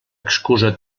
excusa